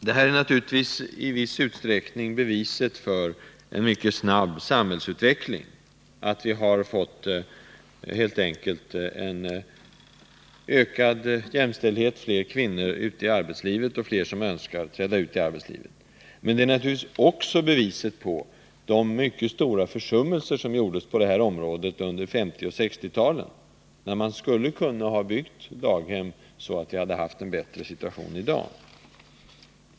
Detta är naturligtvis i viss utsträckning ett tecken på en mycket snabb samhällsutveckling, att vi helt enkelt har fått en ökad jämställdhet — fler kvinnor är ute i arbetslivet och fler önskar träda ut i arbetslivet. Men det är också ett bevis på mycket stora försummelser på detta område under 1950 och 1960-talen, när man skulle ha kunnat bygga daghem så att vi hade haft en bättre situation i dag.